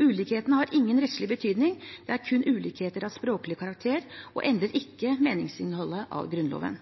Ulikhetene har ingen rettslig betydning, det er kun ulikheter av språklig karakter og endrer ikke meningsinnholdet av Grunnloven.